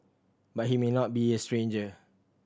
but he may not be a stranger